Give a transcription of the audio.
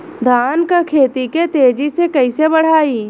धान क खेती के तेजी से कइसे बढ़ाई?